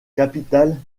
capitale